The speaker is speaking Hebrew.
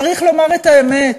צריך לומר את האמת: